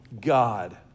God